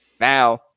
now